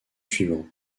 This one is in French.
suivant